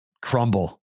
crumble